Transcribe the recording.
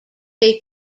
take